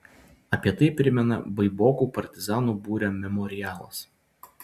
apie tai primena baibokų partizanų būrio memorialas